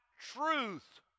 truth